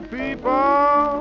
people